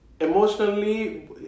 emotionally